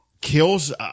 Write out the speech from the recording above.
kills